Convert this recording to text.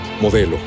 Modelo